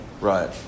Right